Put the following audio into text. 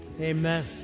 amen